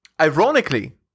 Ironically